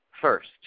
first